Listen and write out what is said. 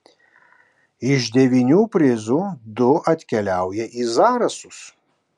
iš devynių prizų du atkeliauja į zarasus